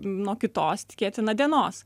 nuo kitos tikėtina dienos